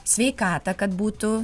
sveikatą kad būtų